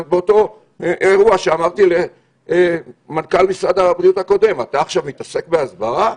באותו אירוע שאמרתי למנכ"ל משרד הבריאות הקודם: אתה עכשיו מתעסק בהסברה?